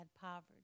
poverty